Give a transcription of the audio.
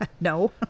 No